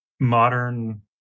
modern